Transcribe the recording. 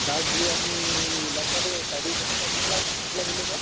dark blue आणि लग्नाच्यासाठी कोणता कुठला कुठला बोलले सर